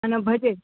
आणि भजे